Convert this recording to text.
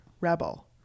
rebel